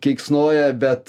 keiksnoja bet